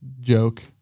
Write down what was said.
joke